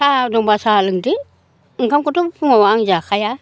साहा दंबा साहा लोंदो ओंखामखौथ' फुङाव आं जाखाया